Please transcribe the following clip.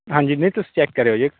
ਹਾਂਜੀ ਨਹੀਂ ਤੁਸੀਂ ਚੈੱਕ ਕਰਿਓ ਜੇ